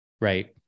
Right